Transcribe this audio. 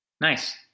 Nice